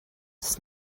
des